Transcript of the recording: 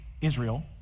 Israel